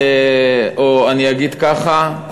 או אני אגיד ככה,